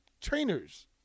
trainers